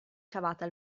cavata